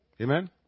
Amen